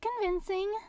convincing